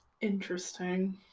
Interesting